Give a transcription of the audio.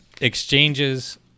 exchanges